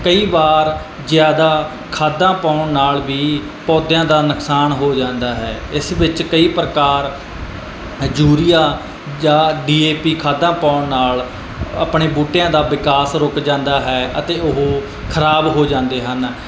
ਕਈ ਵਾਰ ਜ਼ਿਆਦਾ ਖਾਦਾਂ ਪਾਉਣ ਨਾਲ ਵੀ ਪੌਦਿਆਂ ਦਾ ਨੁਕਸਾਨ ਹੋ ਜਾਂਦਾ ਹੈ ਇਸ ਵਿੱਚ ਕਈ ਪ੍ਰਕਾਰ ਏ ਯੂਰੀਆ ਜਾਂ ਡੀ ਏ ਪੀ ਖਾਦਾਂ ਪਾਉਣ ਨਾਲ ਆਪਣੇ ਬੂਟਿਆਂ ਦਾ ਵਿਕਾਸ ਰੁਕ ਜਾਂਦਾ ਹੈ ਅਤੇ ਉਹ ਖਰਾਬ ਹੋ ਜਾਂਦੇ ਹਨ